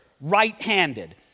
right-handed